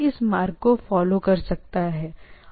यह इस मार्ग को फॉलो कर सकता है क्षमा करें